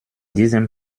diesem